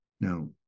Now